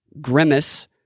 Grimace